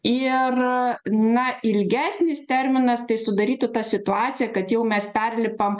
ir na ilgesnis terminas tai sudarytų tą situaciją kad jau mes perlipam